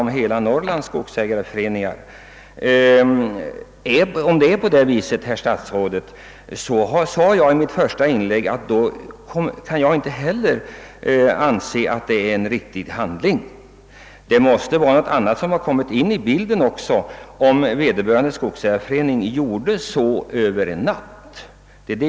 mellan skogsägareföreningarna i gemen och det omnämnda tillvägagångssättet.. Det . :måste vara något annat som kommit med i: bilden, om vederbörande skogsägareförening vidtagit dessa åtgärder.